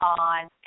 on